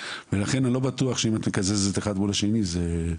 ולכן אני לא בטוח שאם את מקזזת אחד מול השני זה השוואתי.